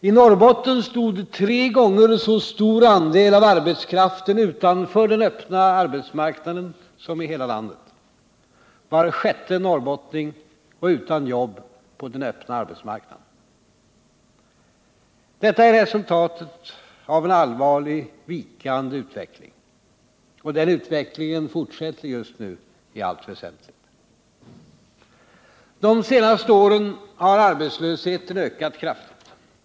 I Norrbotten stod tre gånger så stor andel av arbetskraften utanför den öppna arbetsmarknaden som i hela landet. Var sjätte norrbottning var utan jobb på den öppna arbetsmarknaden. Detta är resultatet av en allvarlig vikande utveckling, och den utvecklingen fortsätter just nu i allt väsentligt. De senaste åren har arbetslösheten ökat kraftigt.